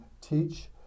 teach